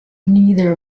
neither